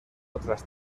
otras